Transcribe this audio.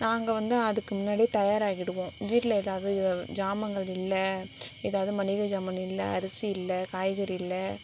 நாங்கள் வந்து அதுக்கு முன்னாடியே தயார் ஆகிடுவோம் வீட்டில் எதாவது சாமாங்கள் இல்லை எதாவது மளிகை சாமான் இல்லை அரிசி இல்லை காய்கறி இல்லை